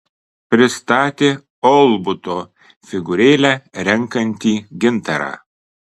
pristatė olbuto figūrėlę renkanti gintarą